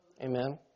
Amen